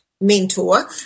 mentor